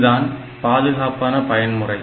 இதுதான் பாதுகாப்பான பயன்முறை